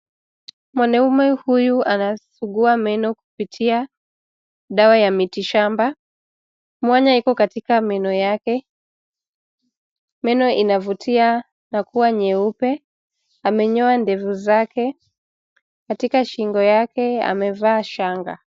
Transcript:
Mwanaume huyu anasugua meno kupitia, dawa ya mitishamba. Mwanya iko katika meno yake. Meno inavutia na kuwa nyeupe. Amenyoa ndevu zake. Katika shingo yake amevaa shanga.